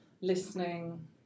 listening